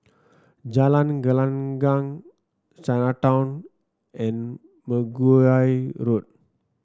Jalan Gelenggang Chinatown and Mergui Road